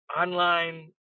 online